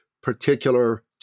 particular